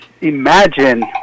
imagine